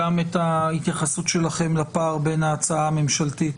גם את ההתייחסות שלכם לפער בין ההצעה הממשלתית